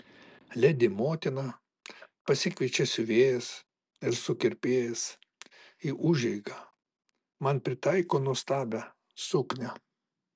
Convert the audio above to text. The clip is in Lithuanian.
ledi motina pasikviečia siuvėjas ir sukirpėjas į užeigą man pritaiko nuostabią suknią